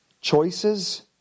choices